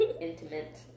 intimate